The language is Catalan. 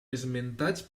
esmentats